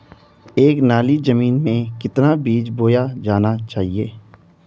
एक नाली जमीन में कितना बीज बोया जाना चाहिए?